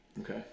Okay